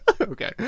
okay